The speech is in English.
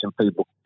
people